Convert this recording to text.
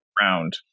round